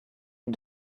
est